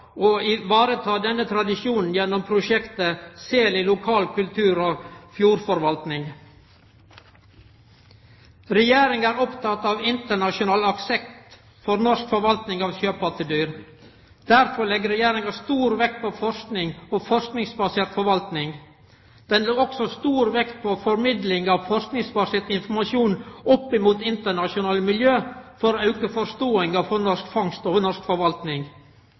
å ivareta denne tradisjonen gjennom prosjektet «Sel i lokal kultur og fjordutvikling». Regjeringa er oppteken av internasjonal aksept for norsk forvaltning av sjøpattedyr. Derfor legg Regjeringa stor vekt på forsking og forskingsbasert forvaltning. Regjeringa legg også stor vekt på formidling av forskingsbasert informasjon opp mot internasjonale miljø for å auke forståinga for norsk fangst og norsk forvaltning.